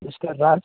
mister Raj